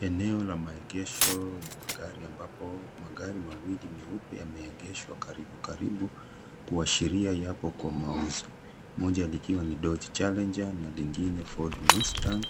Eneo la maegesho ya magari ambapo magari mawili meupe yameegeshwa karibu karibu kuashiria yapo kwa mauzo, moja likiwa ni Dot Challenger na lingine Ford Mustang,